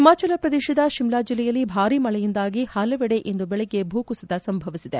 ಹಿಮಾಚಲ ಪ್ರದೇಶದ ಶಿಮ್ಲಾ ಜಿಲ್ಲೆಯಲ್ಲಿ ಭಾರೀ ಮಳೆಯಿಂದಾಗಿ ಹಲವೆಡೆ ಇಂದು ಬೆಳಗ್ಗೆ ಭೂಕುಸಿತ ಸಂಭವಿಸಿದೆ